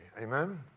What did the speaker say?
Amen